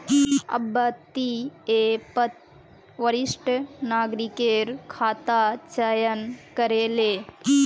अब्बा ती ऐपत वरिष्ठ नागरिकेर खाता चयन करे ले